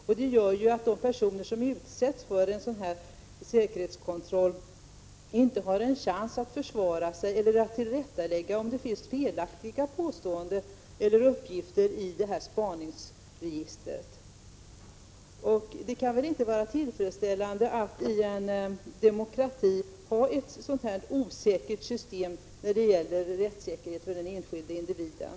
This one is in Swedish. Detta gör att de personer som utsätts för en säkerhetskontroll inte har en chans att försvara sig eller tillrättalägga, om det finns felaktiga påståenden eller uppgifter i spaningsregistret. Det kan väl inte vara tillfredsställande att i en demokrati ha ett så här osäkert system när det gäller rättssäkerhet för den enskilda individen.